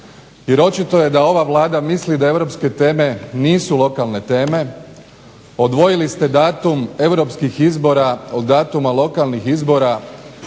jer očito je da ova Vlada misli da europske teme nisu lokalne teme. Odvojili ste datum europskih izbora od datuma lokalnih izbora